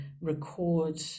record